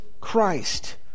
Christ